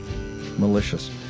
Malicious